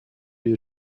your